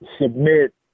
submit